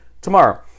tomorrow